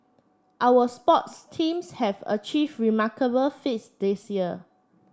our sports teams have achieved remarkable feats this year